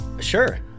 Sure